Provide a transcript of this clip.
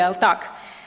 Jel' tak?